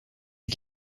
les